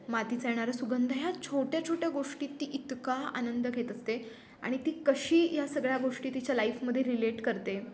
मातीचा येणारा सुगंध ह्या छोट्या छोट्या गोष्टीत ती इतका आनंद घेत असते आणि ती कशी या सगळ्या गोष्टी तिच्या लाईफमध्ये रिलेट करते